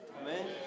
Amen